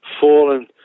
fallen